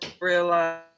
realize